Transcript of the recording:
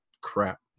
crap